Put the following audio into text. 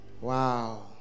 Wow